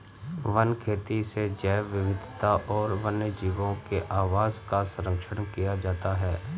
one खेती से जैव विविधता और वन्यजीवों के आवास का सरंक्षण किया जाता है